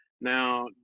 now